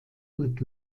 und